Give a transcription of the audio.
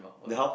then how